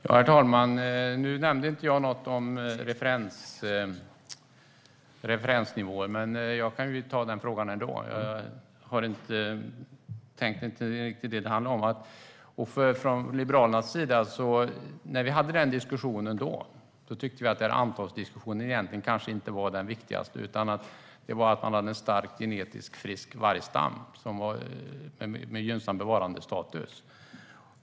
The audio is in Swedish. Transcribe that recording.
Herr talman! Jag nämnde inte referensnivåer. Men jag kan svara på den frågan ändå, trots att debatten inte riktigt handlar om det. När vi hade den diskussionen tyckte Liberalerna att antalet kanske inte var det viktigaste. Det viktigaste var att man ska ha en stark, genetiskt frisk vargstam med gynnsam bevarandestatus.